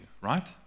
right